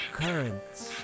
currents